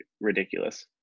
ridiculous